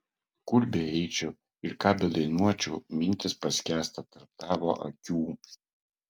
kur beeičiau ir ką bedainuočiau mintys paskęsta tarp tavo akių